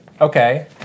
Okay